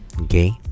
Okay